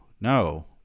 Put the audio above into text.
no